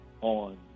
on